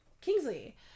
Kingsley